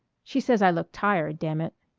she says i look tired, damn it.